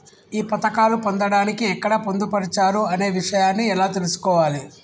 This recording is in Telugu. ఈ పథకాలు పొందడానికి ఎక్కడ పొందుపరిచారు అనే విషయాన్ని ఎలా తెలుసుకోవాలి?